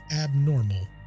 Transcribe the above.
abnormal